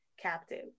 captive